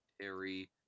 Terry